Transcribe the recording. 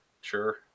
sure